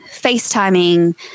FaceTiming